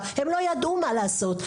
הם לא ידעו מה לעשות.